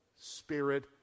spirit